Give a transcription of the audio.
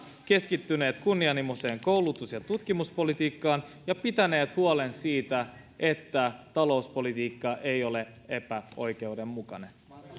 keskittyneet kunnianhimoiseen koulutus ja tutkimuspolitiikkaan ja pitäneet huolen siitä että talouspolitiikka ei ole epäoikeudenmukainen